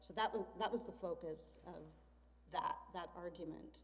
so that was that was the focus of that that argument